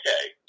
okay